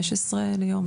15 ליום,